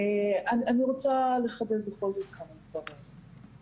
אני רוצה לחדד בכל זאת כמה דברים.